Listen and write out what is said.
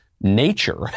nature